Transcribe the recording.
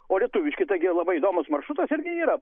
o lietuviški taigi labai įdomus maršrutas irgi yra